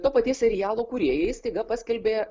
to paties serialo kūrėjai staiga paskelbė